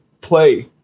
play